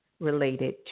Related